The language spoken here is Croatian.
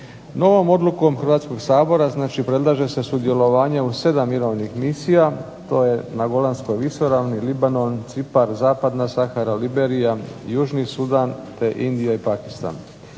Novom odlukom Hrvatskog sabora predlaže se sudjelovanje u 7 mirovnih misija. To je na Golanskoj visoravni, Libanon, Cipar, Zapadna Sahara, Liberija, Južni Suda, te Indija i Pakistan.